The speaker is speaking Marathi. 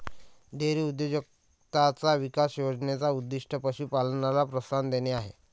डेअरी उद्योजकताचा विकास योजने चा उद्दीष्ट पशु पालनाला प्रोत्साहन देणे आहे